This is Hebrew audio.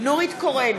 נורית קורן,